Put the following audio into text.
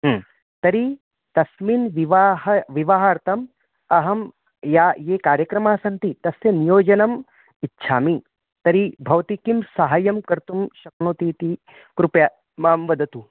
तर्हि तस्मिन् विवाहे विवाहार्थम् अहं या ये कार्यक्रमाः सन्ति तस्य नियोजनम् इच्छामि तर्हि भवती किं सहायं कर्तुं शक्नोति इति कृपया मां वदतु